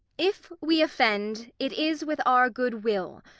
if we offend, it is with our good will.